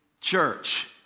church